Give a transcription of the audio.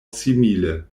simile